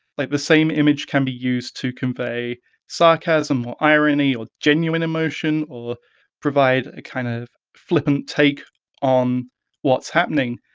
like the same image can be used to convey sarcasm or irony or genuine emotion or provide a kind of flippant take on what's happening,